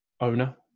owner